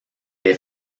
est